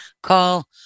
call